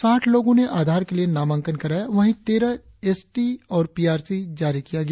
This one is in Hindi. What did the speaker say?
साठ लोगों ने आधार के लिए नामांकन कराया वही तेरह एसटी और पीआरसी जारी किया गया